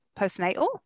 postnatal